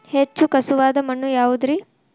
ಹೆಚ್ಚು ಖಸುವಾದ ಮಣ್ಣು ಯಾವುದು ರಿ?